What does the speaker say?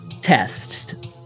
test